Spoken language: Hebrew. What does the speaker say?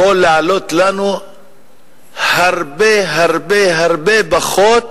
יכול לעלות לנו הרבה הרבה הרבה פחות